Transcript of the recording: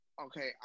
okay